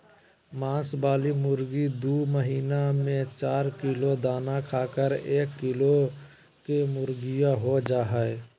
मांस वाली मुर्गी दू महीना में चार किलो दाना खाकर एक किलो केमुर्गीहो जा हइ